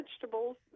vegetables